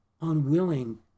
unwilling